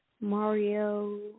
Mario